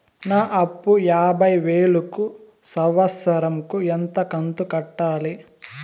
నా అప్పు యాభై వేలు కు సంవత్సరం కు ఎంత కంతు కట్టాలి?